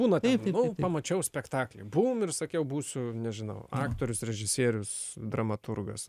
būna ten nu pamačiau spektaklį buvom ir sakiau būsiu nežinau aktorius režisierius dramaturgas